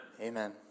Amen